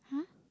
!huh!